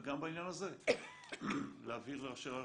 וגם בעניין הזה להעביר לראשי רשויות.